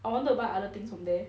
I wanted by other things from there